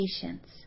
patience